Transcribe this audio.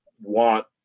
want